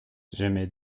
j’émets